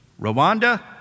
Rwanda